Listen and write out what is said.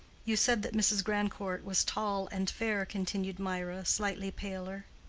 you said that mrs. grandcourt was tall and fair, continued mirah, slightly paler.